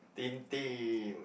Tintin